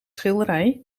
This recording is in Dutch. schilderij